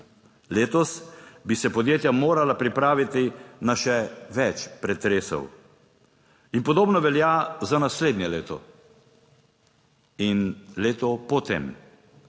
Letos bi se podjetja morala pripraviti na še več pretresov in podobno velja za naslednje leto in leto po tem.